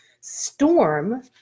storm